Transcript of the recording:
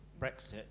Brexit